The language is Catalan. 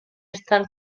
estan